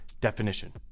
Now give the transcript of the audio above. definition